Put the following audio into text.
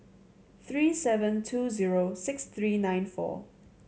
three seven two zero six three nine four